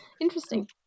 Interesting